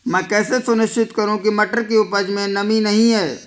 मैं कैसे सुनिश्चित करूँ की मटर की उपज में नमी नहीं है?